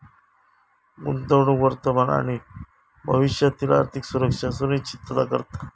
गुंतवणूक वर्तमान आणि भविष्यातील आर्थिक सुरक्षा सुनिश्चित करता